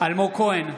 אלמוג כהן,